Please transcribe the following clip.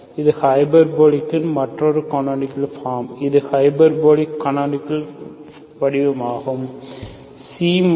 இது ஹைபர்போலிக் இன் மற்றொரு கனோனிக்கள் ஃபார்ம் இது ஹைபெர்போலிக் கனோனிக்கள் வடிவமாகும்